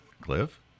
cliff